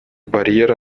барьеры